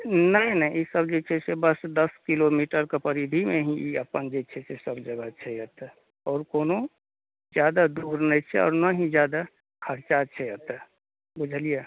नहि नहि ई सब जे छै से बस दस किलोमीटर के परिधि मे ही ई अपन जे छै से सब जगह छै एतय आओर कोनो जादा दूर नहि छै आओर न ही जादा खर्चा छै अतय बुझलियै